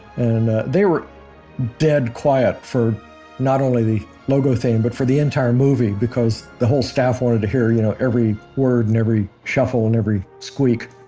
and they were dead quiet for not only the logo theme, but for the entire movie, because the whole staff wanted to hear you know every word and every shuffle and every squeak.